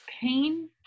pain